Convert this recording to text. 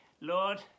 Lord